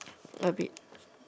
a bit